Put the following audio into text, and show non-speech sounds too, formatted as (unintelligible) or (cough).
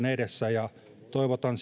(unintelligible) edessä ja toivotan (unintelligible)